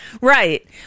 right